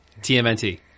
TMNT